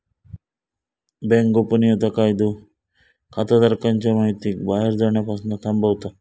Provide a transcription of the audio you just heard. bank गोपनीयता कायदो खाताधारकांच्या महितीक बाहेर जाण्यापासना थांबवता